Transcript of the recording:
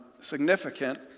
significant